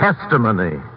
testimony